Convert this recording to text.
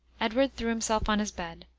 edward threw himself on his bed,